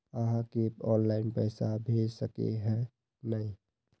आहाँ के ऑनलाइन पैसा भेज सके है नय?